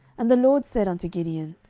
and the lord said unto gideon,